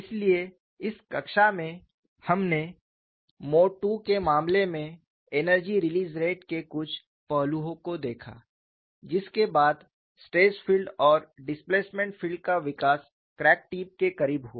इसलिए इस कक्षा में हमने मोड II के मामले में एनर्जी रिलीज़ रेट के कुछ पहलुओं को देखा जिसके बाद स्ट्रेस फील्ड और डिस्प्लेसमेंट फील्ड का विकास क्रैक टिप के करीब हुआ